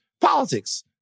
politics